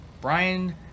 Brian